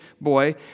boy